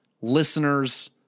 listeners